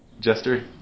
Jester